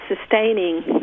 sustaining